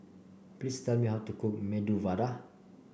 please tell me how to cook Medu Vada